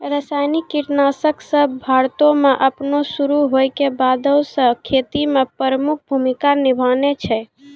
रसायनिक कीटनाशक सभ भारतो मे अपनो शुरू होय के बादे से खेती मे प्रमुख भूमिका निभैने छै